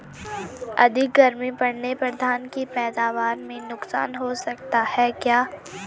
अधिक गर्मी पड़ने पर धान की पैदावार में नुकसान हो सकता है क्या?